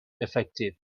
effective